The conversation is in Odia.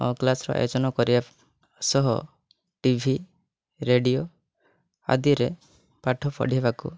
କ୍ଲାସ୍ର ଆୟୋଜନ କରିବା ସହ ଟି ଭି ରେଡ଼ିଓ ଆଦିରେ ପାଠ ପଢ଼ିବାକୁ